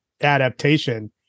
adaptation